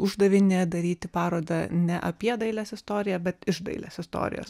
uždavinį daryti parodą ne apie dailės istoriją bet iš dailės istorijos